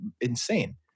insane